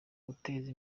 guteza